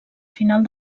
final